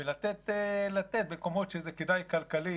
ולתת במקומות שזה כדאי כלכלית,